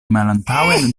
malantaŭen